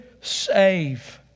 save